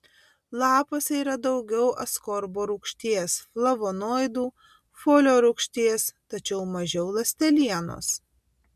lapuose yra daugiau askorbo rūgšties flavonoidų folio rūgšties tačiau mažiau ląstelienos